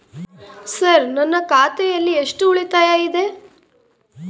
Sir ನನ್ನ ಖಾತೆಯಲ್ಲಿ ಎಷ್ಟು ಉಳಿತಾಯ ಇದೆ?